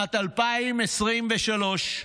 שנת 2023,